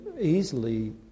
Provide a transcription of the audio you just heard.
easily